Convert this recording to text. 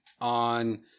on